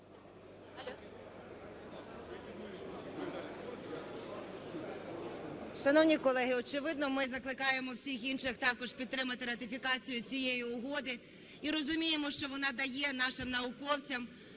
Шановні колеги, очевидно, ми закликаємо всіх інших також підтримати ратифікацію цієї угоди і розуміємо, що вона дає нашим науковцям,